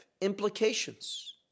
implications